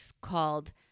called